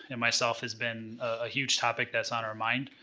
and myself, has been a huge topic that's on our mind,